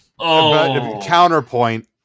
Counterpoint